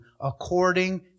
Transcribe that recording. according